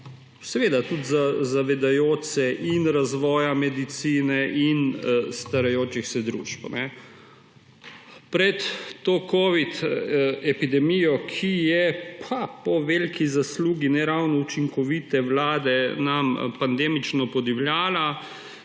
seveda tudi zavedajoč se razvoja medicine in starajočih se družb. Pred to covid epidemijo, ki nam je po veliki zaslugi ne ravno učinkovite vlade pandemično podivjala,